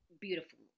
beautiful